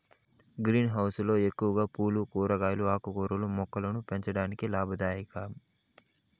green house లో ఎక్కువగా పూలు, కూరగాయలు, ఆకుకూరల మొక్కలను పెంచడం లాభదాయకం